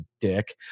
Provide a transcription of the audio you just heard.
dick